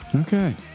Okay